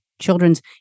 children's